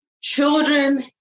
Children